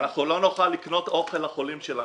אנחנו לא נוכל לקנות אוכל לחולים שלנו.